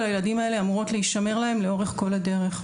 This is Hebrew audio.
הילדים האלה אמורות להישמר להם לאורך כל הדרך.